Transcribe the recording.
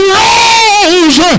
rose